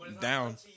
down